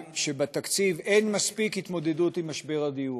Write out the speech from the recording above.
שבתקציב אין מספיק התמודדות עם משבר הדיור.